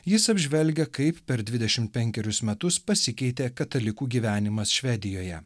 jis apžvelgia kaip per dvidešim penkerius metus pasikeitė katalikų gyvenimas švedijoje